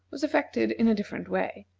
was affected in a different way.